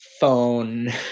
phone